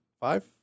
Five